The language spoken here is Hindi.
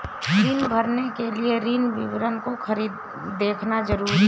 ऋण भरने के लिए ऋण विवरण को देखना ज़रूरी है